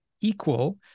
equal